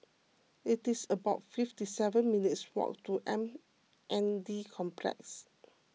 it is about fifty seven minutes' walk to M N D Complex